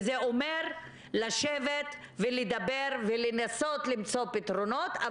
וזה אומר לשבת ולדבר ולנסות למצוא פתרונות,